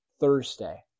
Thursday